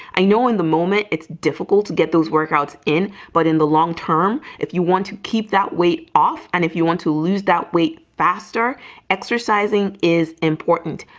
i know in the moment it's difficult to get those workouts in but in the long term if you want to keep that weight off and if you want to lose that weight faster exercising is important.